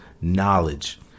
knowledge